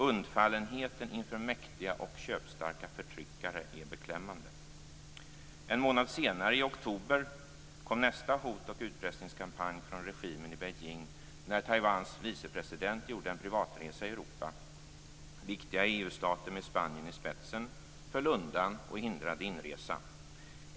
Undfallenheten inför mäktiga och köpstarka förtryckare är beklämmande. En månad senare, i oktober, kom nästa hot och utpressningskampanj från regimen i Beijing när Taiwans vicepresident gjorde en privatresa i Europa. Viktiga EU-stater med Spanien i spetsen föll undan och hindrade inresa.